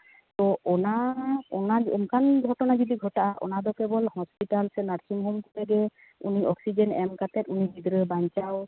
ᱛᱚ ᱚᱱᱟ ᱚᱱᱟ ᱚᱱᱠᱟᱱ ᱜᱷᱚᱴᱚᱱᱟ ᱡᱩᱫᱤ ᱜᱷᱚᱴᱟᱜᱼᱟ ᱚᱱᱟ ᱫᱚ ᱠᱮᱵᱚᱞ ᱦᱚᱥᱯᱤᱴᱟᱞ ᱥᱮ ᱱᱟᱨᱥᱤᱝ ᱦᱳᱢ ᱠᱚᱨᱮᱜᱮ ᱩᱱᱤ ᱚᱠᱥᱤᱡᱮᱱ ᱮᱢ ᱠᱟᱛᱮ ᱩᱱᱤ ᱜᱤᱫᱽᱨᱟᱹ ᱵᱟᱧᱪᱟᱣ